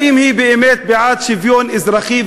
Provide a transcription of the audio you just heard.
האם היא באמת בעד שוויון אזרחי,